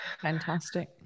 fantastic